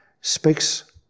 speaks